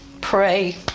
pray